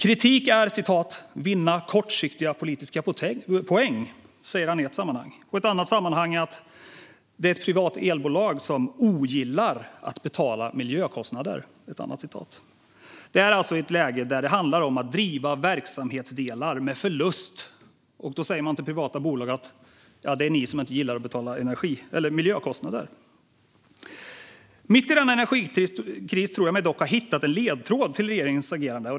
Kritiken är "att vinna kortsiktiga politiska poäng", säger han i ett sammanhang. I ett annat sammanhang säger han att ett privat energibolag "ogillar att betala miljökostnader". I ett läge där det handlar om att driva verksamhetsdelar med förlust säger man alltså till privata bolag: Det är ni som inte gillar att betala miljökostnader. Mitt i denna energikris tror jag mig dock ha hittat en ledtråd till regeringens agerande.